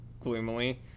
gloomily